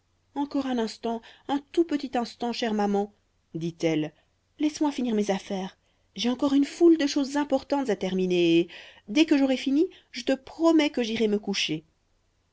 encore un instant un tout petit instant chère maman dit-elle laisse-moi finir mes affaires j'ai encore une foule de choses importantes à terminer et dès que j'aurai fini je te promets que j'irai me coucher